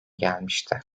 gelmişti